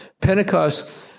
Pentecost